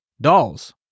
dolls